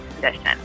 condition